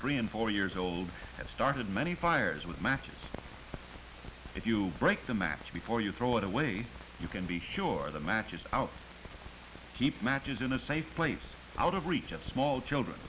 three and four years old has started many fires with matches if you break the match before you throw it away you can be sure the match is out keep matches in a safe place out of reach small children